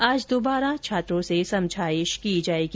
आज दुबारा छात्रों से समझाइश की जाएगी